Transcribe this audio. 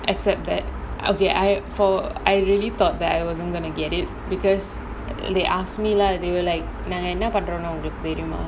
except that okay I for I really thought that I wasn't going to get it because they asked me lah they were like நாங்க என்ன பண்றோம் னு உங்களுக்கு தெரியுமா:naanga enna pandrom nu ungaluku teriyumaa